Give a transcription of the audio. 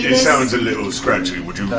sounds a little scratchy. would you